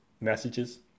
Messages